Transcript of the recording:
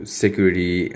security